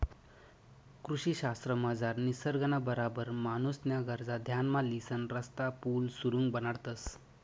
कृषी शास्त्रमझार निसर्गना बराबर माणूसन्या गरजा ध्यानमा लिसन रस्ता, पुल, सुरुंग बनाडतंस